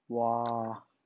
!wah!